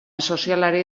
sozialari